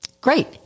great